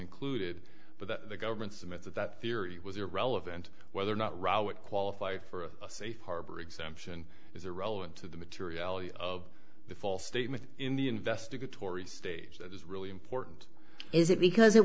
included but that the government submit that that theory was irrelevant whether or not rau it qualify for a safe harbor exemption is irrelevant to the materiality of the false statement in the investigatory stage that is really important is it because it